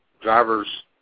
driver's